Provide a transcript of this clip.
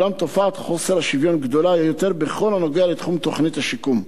אולם תופעת חוסר השוויון גדולה יותר בכל הקשור לתחום תוכנית השיקום.